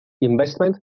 investment